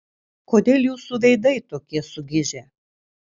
kodėl jūsų veidai tokie sugižę